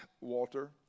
Walter